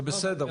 זה בסדר,